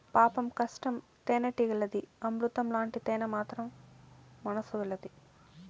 పాపం కష్టం తేనెటీగలది, అమృతం లాంటి తేనె మాత్రం మనుసులది